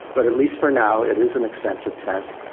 but at least for now it is an expensive test.